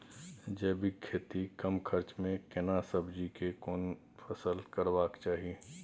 जैविक खेती कम खर्च में केना सब्जी के कोन फसल करबाक चाही?